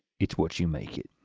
it's what you make it.